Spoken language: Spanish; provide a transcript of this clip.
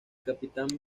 capitán